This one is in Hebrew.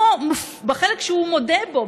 בחלק שהוא מודה בו,